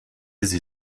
sie